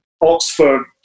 Oxford